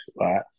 right